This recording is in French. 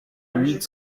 huit